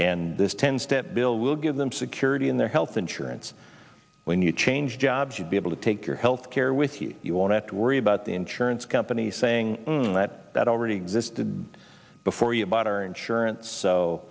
and this ten step bill will give them security in their health insurance when you change jobs you'd be able to take your health care with you you won't have to worry about the insurance companies saying that that already existed before you bought or insurance so